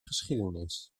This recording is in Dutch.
geschiedenis